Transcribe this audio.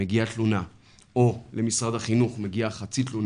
מגיעה תלונה או למשרד החינוך מגיעה חצי תלונה,